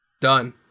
Done